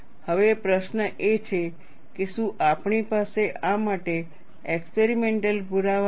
હવે પ્રશ્ન એ છે કે શું આપણી પાસે આ માટે એક્સપેરિમેન્ટલ પુરાવા છે